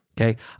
okay